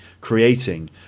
creating